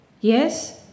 Yes